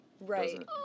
right